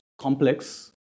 complex